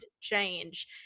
change